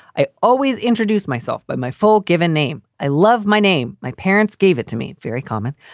i always introduce myself, but my full given name. i love my name. my parents gave it to me. very common.